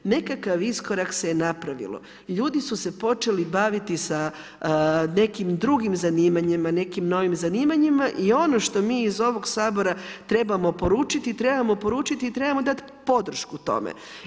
Nekakav iskorak se napravio, ljudi su se počeli baviti sa nekim drugim zanimanjima, nekim novim zanimanjima, i ono što mi iz ovog Sabora trebamo poručiti, trebamo poručiti i trebamo dati podršku tome.